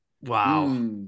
Wow